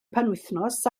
penwythnos